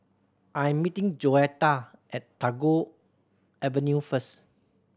I am meeting Joetta at Tagore Avenue first